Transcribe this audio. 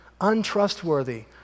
Untrustworthy